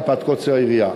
מפאת קוצר היריעה.